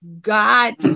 God